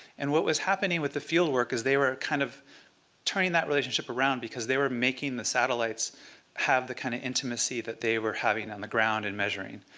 and what was happening with the fieldwork was they were kind of turning that relationship around, because they were making the satellites have the kind of intimacy that they were having on the ground and measuring.